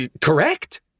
Correct